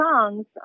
songs